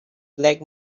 black